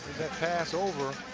that pass over